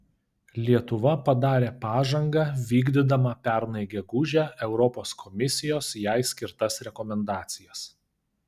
lietuva padarė pažangą vykdydama pernai gegužę europos komisijos jai skirtas rekomendacijas